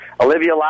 Olivia